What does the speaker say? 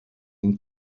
been